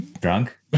drunk